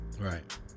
Right